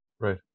right